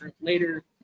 later